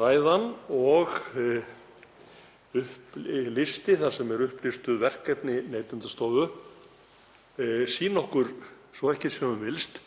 Ræðan og listi þar sem upplistuð eru verkefni Neytendastofu sýnir okkur svo ekki sé um villst